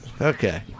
Okay